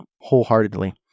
wholeheartedly